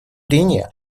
прения